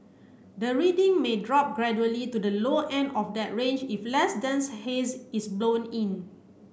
the reading may drop gradually to the low end of that range if less dense haze is blown in